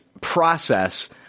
process